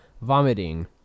Vomiting